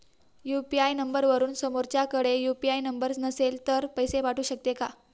UPI नंबरवरून समोरच्याकडे UPI number नसेल तरी पैसे पाठवू शकते का?